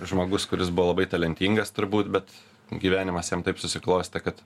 žmogus kuris buvo labai talentingas turbūt bet gyvenimas jam taip susiklostė kad